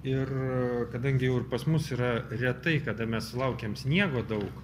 ir kadangi jau ir pas mus yra retai kada mes sulaukiam sniego daug